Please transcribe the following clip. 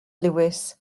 lewis